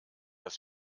das